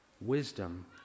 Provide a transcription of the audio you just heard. Wisdom